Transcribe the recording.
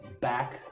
back